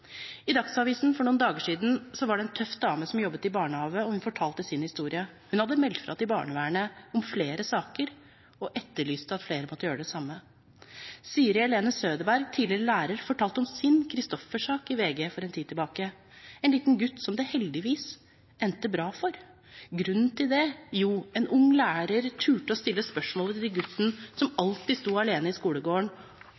I Dagsavisen for noen dager siden kunne vi lese om en tøff dame som jobbet i barnehage, og hun fortalte sin historie. Hun hadde meldt ifra til barnevernet om flere saker og etterlyste at flere måtte gjøre det samme. Siri Helen Søderberg, tidligere lærer, fortalte om sin «Christoffer-sak» til VG for en tid tilbake: En litt gutt som det heldigvis endte bra for. Grunnen til det? Jo, en ung lærer turte å stille spørsmålet til gutten som alltid sto alene i skolegården, og som